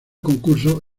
concurso